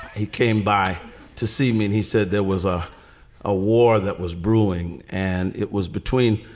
he came by to see me. and he said there was ah a war that was brewing and it was between